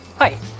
Hi